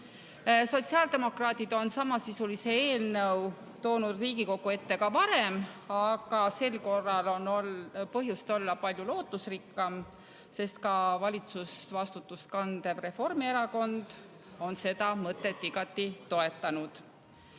Sotsiaaldemokraadid on samasisulise eelnõu toonud Riigikogu ette ka varem, aga sel korral on põhjust olla palju lootusrikkam, sest ka valitsusvastutust kandev Reformierakond on seda mõtet igati toetanud. Võib-olla